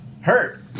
hurt